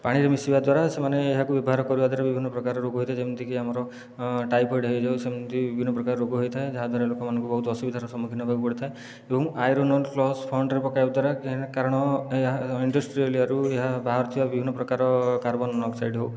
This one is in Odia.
ପାଣିରେ ମିଶିବା ଦ୍ୱାରା ସେମାନେ ଏହାକୁ ବ୍ୟବହାର କରିବା ଦ୍ୱାରା ବିଭିନ୍ନ ପ୍ରକାର ରୋଗ ହୋଇଥାଏ ଯେମିତି କି ଆମର ଟାଇଫଏଡ଼ ହୋଇଯାଉ ସେମିତି ବିଭିନ୍ନ ପ୍ରକାର ରୋଗ ହୋଇଥାଏ ଯାହାଦ୍ୱାରା ଲୋକମାନଙ୍କୁ ବହୁତ ଅସୁବିଧାର ସମ୍ମୁଖୀନ ହେବାକୁ ପଡ଼ିଥାଏ ଏବଂ ଆଇରନ୍ କ୍ଳସ ପଅଣ୍ଡରେ ପକାଇବା ଦ୍ୱାରା କାରଣ ଏହା ଇଣ୍ଡଷ୍ଟ୍ରିଆଲ ଏରିଆରୁ ଏହା ବାହାରୁଥିବା ବିଭିନ୍ନ ପ୍ରକାରର କାର୍ବନ ମନୋକ୍ସାଇଡ଼ ହେଉ